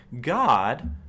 God